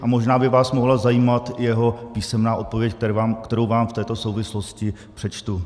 A možná by vás mohla zajímat jeho písemná odpověď, kterou vám v této souvislosti přečtu: